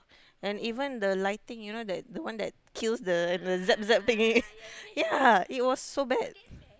and even the lighting you know that the one that kills the the zap zap thingy ya it was so bad